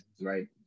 right